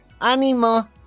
Animo